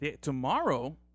tomorrow